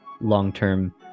long-term